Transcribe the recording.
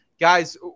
guys